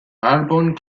arbon